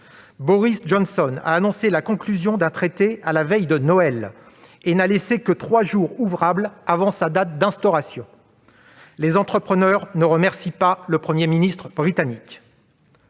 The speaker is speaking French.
Boris Johnson a annoncé la conclusion d'un traité à la veille de Noël et n'a laissé que trois jours ouvrables avant la date de son entrée en vigueur. Les entrepreneurs ne remercient pas le Premier ministre britannique.